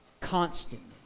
constantly